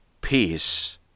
peace